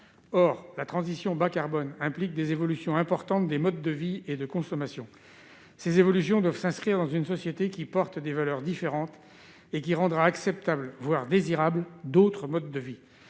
Or la transition bas-carbone implique des évolutions importantes des modes de vie et de consommation. Ces évolutions doivent s'inscrire dans une société qui porte des valeurs différentes et qui rendra acceptables, voire désirables, d'autres modes de vie.